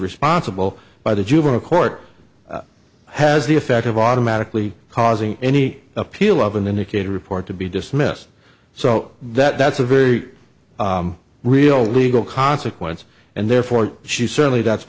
responsible by the juvenile court has the effect of automatically causing any appeal of an indicator report to be dismissed so that's a very real legal consequence and therefore she certainly that's